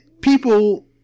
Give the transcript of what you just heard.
people